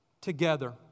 together